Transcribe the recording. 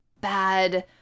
bad